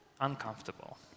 uncomfortable